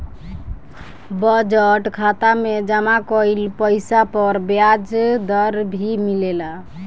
budget खाता में जमा कइल पइसा पर ब्याज दर भी मिलेला